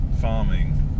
farming